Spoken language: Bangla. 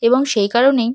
এবং সেই কারণেই